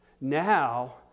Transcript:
now